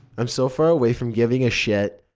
i'm so far away from giving a shit,